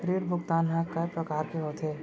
ऋण भुगतान ह कय प्रकार के होथे?